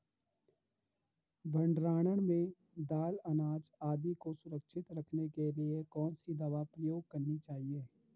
भण्डारण में दाल अनाज आदि को सुरक्षित रखने के लिए कौन सी दवा प्रयोग करनी चाहिए?